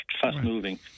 fast-moving